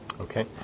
Okay